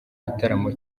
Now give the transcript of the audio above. gitaramo